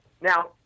Now